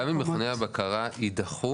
גם אם מכוני הבקרה יידחו,